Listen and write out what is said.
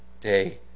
day